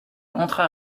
entra